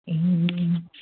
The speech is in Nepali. ए